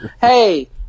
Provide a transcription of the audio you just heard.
Hey